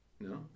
No